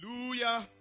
Hallelujah